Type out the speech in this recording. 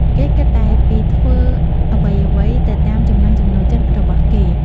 គេគិតតែពីធ្វើអ្វីៗទៅតាមចំណង់ចំណូលចិត្តរបស់គេ។